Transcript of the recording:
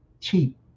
cheap